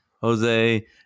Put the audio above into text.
Jose